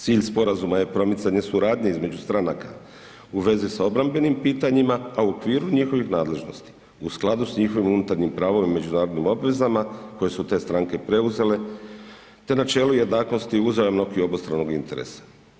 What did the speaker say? Cilj sporazuma je promicanje suradnje između stranaka u vezi s obrambenim pitanjima, a u okviru njihovih nadležnosti u skladu s njihovim unutarnjim pravom i međunarodnim obvezama koje su te stranke preuzele te načelu jednakosti uzajamnog i obostranog interesa.